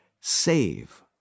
save